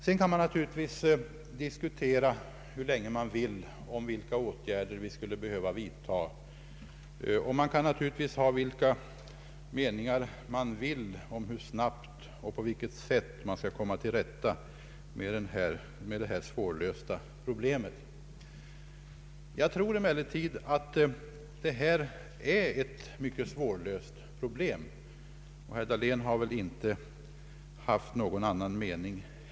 Man kan naturligtvis diskutera hur länge man vill om vilka åtgärder vi skulle behöva vidta, och man kan naturligtvis ha vilka meningar man vill om hur snabbt och på vilket sätt vi skall komma till rätta med det här svårlösta problemet. Jag tror nämligen att det här är ett mycket svårlöst problem, och herr Dahlén har väl heller inte haft någon annan mening.